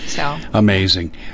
Amazing